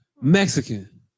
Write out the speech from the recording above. Mexican